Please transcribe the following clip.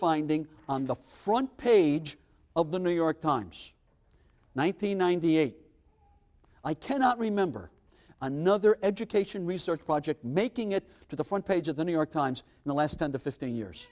finding on the front page of the new york times nine hundred ninety eight i cannot remember another education research project making it to the front page of the new york times in the last ten to fifteen years